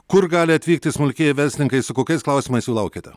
kur gali atvykti smulkieji verslininkai su kokiais klausimais jų laukiate